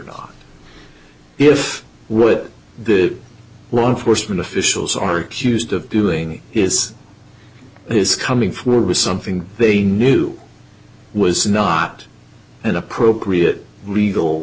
not if would the law enforcement officials are accused of doing this it's coming forward with something they knew was not an appropriate legal